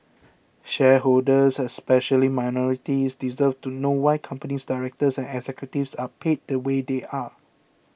shareholders especially minorities deserve to know why company directors and executives are paid the way they are